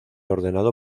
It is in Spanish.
ordenado